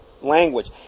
language